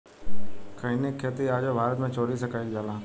खईनी के खेती आजो भारत मे चोरी से कईल जाला